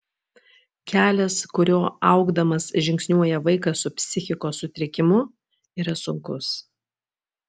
kelias kuriuo augdamas žingsniuoja vaikas su psichikos sutrikimu yra sunkus